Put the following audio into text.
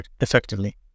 effectively